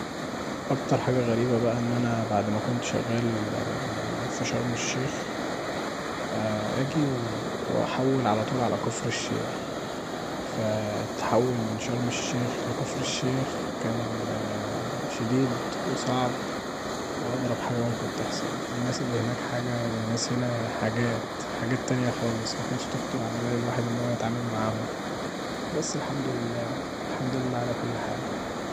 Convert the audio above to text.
اكتر حاجه غريبه بقي بعد ما كنت شغال في شرم الشيخ اجي واحول علي طول علي كفر الشيخ، فأتحول من شرم الشيخ لكفر الشيخ كان شديد وصعب واغزب حاجه ممكن تحصل، الناس اللي هنا حاجه والناس هنا حاجات، حاجات تانيه خالص، مكانتش تخطر الي بال الواحد انه يتعامل معاهم، بس الحمدلله، الحمدلله علي كل حال.